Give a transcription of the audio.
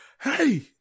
Hey